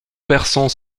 personnes